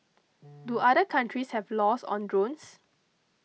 do other countries have laws on drones